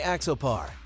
Axopar